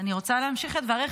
אני רוצה להמשיך את דבריך.